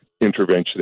intervention